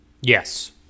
Yes